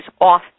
off